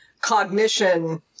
cognition